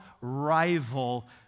rival